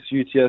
UTS